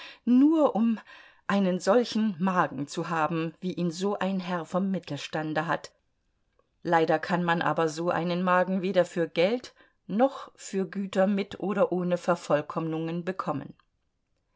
nur um einen solchen magen zu haben wie ihn so ein herr vom mittelstande hat leider kann man aber so einen magen weder für geld noch für güter mit oder ohne vervollkommnungen bekommen